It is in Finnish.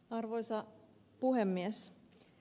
arvoisa puhemies